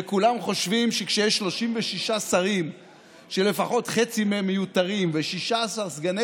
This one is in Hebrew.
וכולם חושבים שכשיש 36 שרים שלפחות חצי מהם מיותרים ו-16 סגני